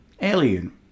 Alien